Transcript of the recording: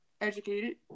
educated